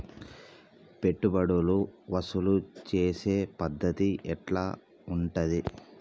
పెట్టుబడులు వసూలు చేసే పద్ధతి ఎట్లా ఉంటది?